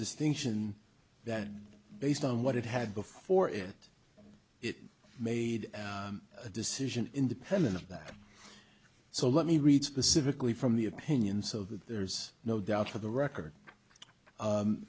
distinction that based on what it had before it it made a decision independent of that so let me read specifically from the opinion so that there's no doubt for the record